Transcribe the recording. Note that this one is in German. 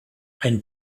ein